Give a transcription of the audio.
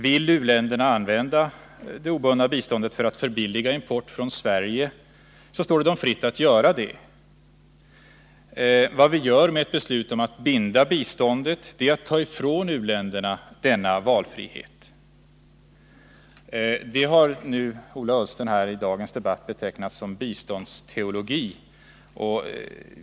Vill u-länderna använda det obundna biståndet för att förbilliga importen från Sverige står det dem fritt att göra det. Vad vi gör med ett beslut om att binda biståndet är att ta ifrån u-länderna denna valfrihet. Våra protester mot detta har Ola Ullsten i dagens debatt betecknat som biståndsteologi.